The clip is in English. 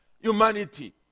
humanity